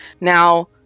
Now